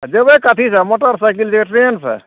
जएबै कथीसे मोटरसाइकिल जे ट्रेनसे